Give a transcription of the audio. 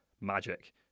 magic